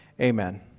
Amen